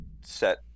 set